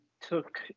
took